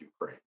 Ukraine